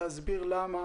להסביר למה,